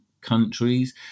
countries